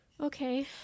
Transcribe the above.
Okay